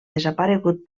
desaparegut